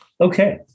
Okay